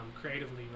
creatively